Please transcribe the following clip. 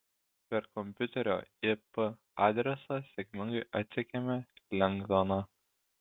per kompiuterio ip adresą sėkmingai atsekėme lengdoną